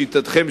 לשיטתכם,